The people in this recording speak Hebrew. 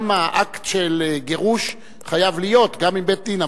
האקט של גירוש חייב להיות גם עם בית-דין,